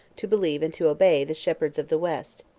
to believe, and to obey, the shepherd of the west.